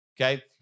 Okay